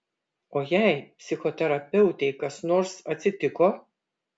o jei psichoterapeutei kas nors atsitiko